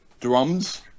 drums